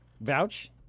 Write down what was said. vouch